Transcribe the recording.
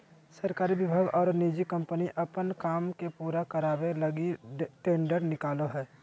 सरकारी विभाग और निजी कम्पनी अपन काम के पूरा करावे लगी टेंडर निकालो हइ